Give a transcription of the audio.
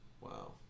Wow